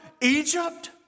Egypt